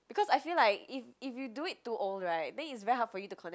because I feel like if if you do it too old right then it's very hard for you to connect